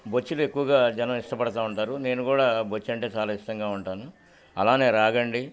బొచ్చెలు ఎక్కువగా జనం ఇష్టపడతూ ఉంటారు నేను కూడా బొచ్చు అంటే చాలా ఇష్టంగా ఉంటాను అలానే రాగండి